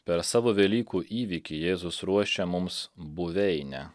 per savo velykų įvykį jėzus ruošia mums buveinę